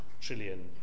trillion